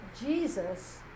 Jesus